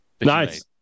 Nice